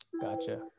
Gotcha